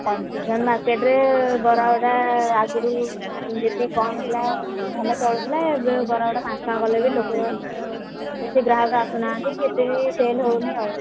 competition ମାର୍କେଟରେ ବରା ଗୋଟା ଆଗରୁ ଯେତିକି କମ୍ ଥିଲା ଭଲ ଚଳୁଥିଲା ଏବେ ବରା ଗୋଟା ପାଞ୍ଚ ଟଙ୍କା କଲେ ବି ଲୋକ ବେଶୀ ଗ୍ରାହକ ଆସୁନାହାନ୍ତି କି ଏତେ ବି ସେଲ୍ ହେଉନି ଆଉ